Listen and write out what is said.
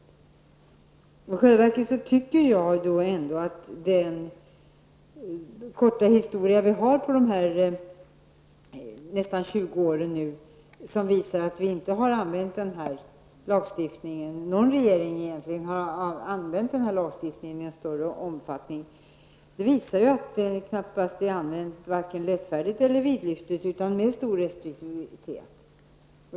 I själva verket tycker jag att denna lagstiftnings korta historia -- nästan 20 år -- visar att inte någon regering har använt lagen vare sig lättfärdigt eller vidlyftigt, utan med stor restriktivitet.